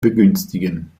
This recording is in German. begünstigen